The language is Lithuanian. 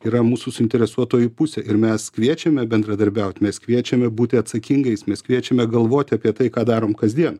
yra mūsų suinteresuotoji pusė ir mes kviečiame bendradarbiaut mes kviečiame būti atsakingais mes kviečiame galvoti apie tai ką darom kasdien